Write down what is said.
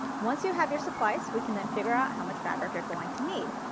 once you have your supplies we can then figure out how much fabric you're going to need.